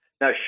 Now